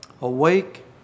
awake